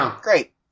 Great